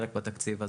חלק בתקציב הזה.